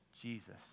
Jesus